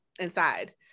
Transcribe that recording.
inside